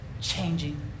changing